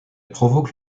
provoque